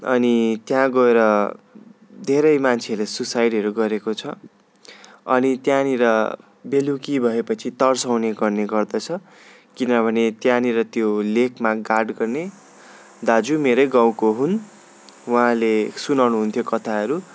अनि त्यहाँ गएर धेरै मान्छेहरूले सुसाइडहरू गरेको छ अनि त्यहाँनिर बेलुकी भएपछि तर्साउने गर्ने गर्दछ किनभने त्यहाँनिर त्यो लेकमा गार्ड गर्ने दाजु मेरै गाउँको हुन् उहाँले सुनाउनु हुन्थ्यो कथाहरू